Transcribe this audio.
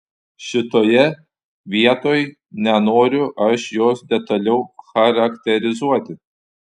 šitoje vietoj nenoriu aš jos detaliau charakterizuoti